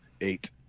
Eight